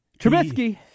Trubisky